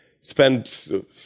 spend